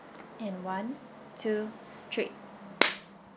and one two three